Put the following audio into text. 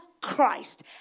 Christ